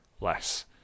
less